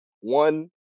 One